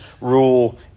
rule